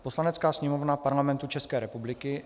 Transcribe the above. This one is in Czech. Poslanecká sněmovna Parlamentu České republiky